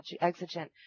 exigent